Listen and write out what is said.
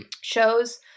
shows